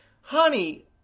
honey